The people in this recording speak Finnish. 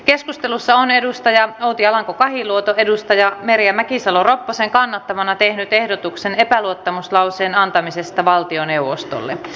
keskustelussa on outi alanko kahiluoto merja mäkisalo ropposen kannattamana tehnyt ehdotuksen epäluottamuslauseen antamisesta valtioneuvostolle